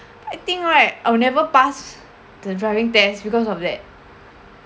I think right I'll never pass the driving test because of that